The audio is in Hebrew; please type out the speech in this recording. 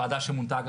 ועדה שמונתה,